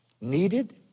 needed